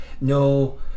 no